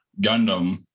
gundam